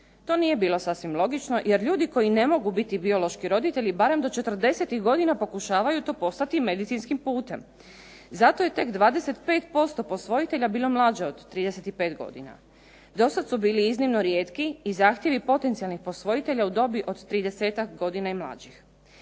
To nije bilo sasvim logično jer ljudi koji ne mogu biti biološki roditelji barem do 40. godine pokušavaju to postati medicinskim putem. Zato je tek 25% posvojitelja bilo mlađe od 35 godina. Do sada su bili iznimno rijetki i zahtjevi potencijalnih posvojitelja u dobi od tridesetak godina i mlađih.